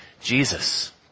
Jesus